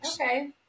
Okay